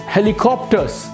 Helicopters